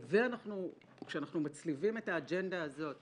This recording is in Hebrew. וכשאנחנו מצליבים את האג'נדה הזאת